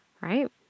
right